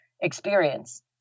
experience